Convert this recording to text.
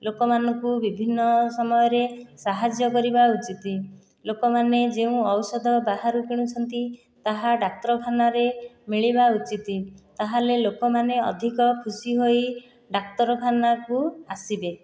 ଲୋକମାନଙ୍କୁ ବିଭିନ୍ନ ସମୟରେ ସାହାଯ୍ୟ କରିବା ଉଚିତ୍ ଲୋକମାନେ ଯେଉଁ ଔଷଧ ବାହାରୁ କିଣୁଛନ୍ତି ତାହା ଡାକ୍ତରଖାନାରେ ମିଳିବା ଉଚିତ୍ ତା'ହେଲେ ଲୋକମାନେ ଅଧିକ ଖୁସି ହୋଇ ଡାକ୍ତରଖାନାକୁ ଆସିବେ